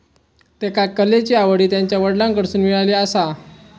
त्येका कलेची आवड हि त्यांच्या वडलांकडसून मिळाली आसा